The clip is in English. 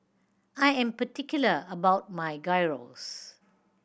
I am particular about my Gyros